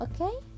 Okay